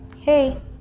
hey